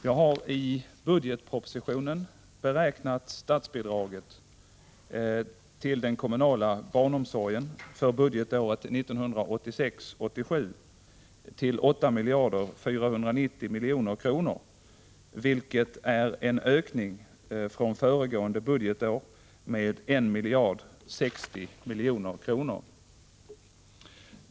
Jag har i budgetpropositionen beräknat statsbidraget till den kommunala barnomsorgen för budgetåret 1986/87 till 8 490 milj.kr., vilket är en ökning från föregående budgetår med 1 060 milj.kr.